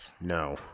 No